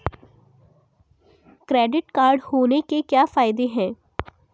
Credit card होने के क्या फायदे हैं?